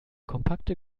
kompakte